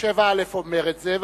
7א אומר את זה,